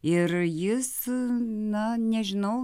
ir jis na nežinau